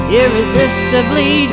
irresistibly